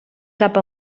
cap